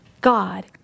God